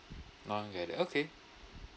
okay then okay